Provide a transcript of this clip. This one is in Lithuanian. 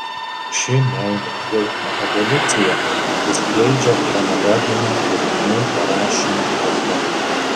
ši meilės jausmo evoliucija atsiskleidžia chronologine kūrinių parašymo tvarka